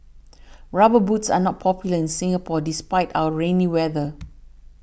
rubber boots are not popular in Singapore despite our rainy weather